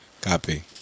Copy